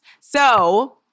So-